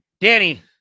Danny